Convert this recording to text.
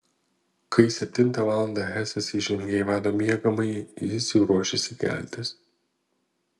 kai septintą valandą hesas įžengė į vado miegamąjį jis jau ruošėsi keltis